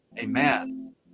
Amen